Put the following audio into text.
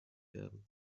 werden